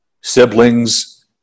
siblings